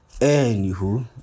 Anywho